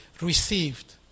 received